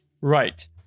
right